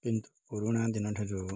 କିନ୍ତୁ ପୁରୁଣା ଦିନଠାରୁ